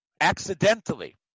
accidentally